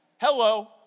Hello